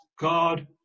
God